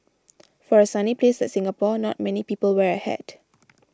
for a sunny place like Singapore not many people wear a hat